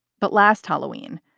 but last halloween,